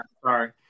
Sorry